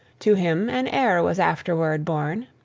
to him an heir was afterward born,